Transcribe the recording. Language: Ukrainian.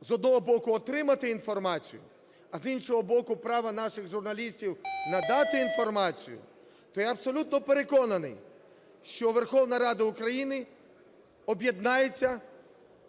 з одного боку, отримати інформацію, а з іншого боку, права наших журналістів надати інформацію, - то я абсолютно переконаний, що Верховна Рада України об'єднається